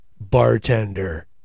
bartender